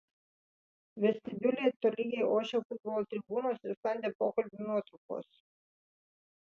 vestibiulyje tolygiai ošė futbolo tribūnos ir sklandė pokalbių nuotrupos